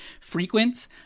frequent